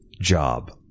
job